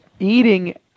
Eating